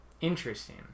Interesting